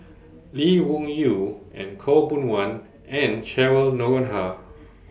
Lee Wung Yew and Khaw Boon Wan and Cheryl Noronha